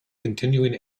continuing